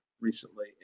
recently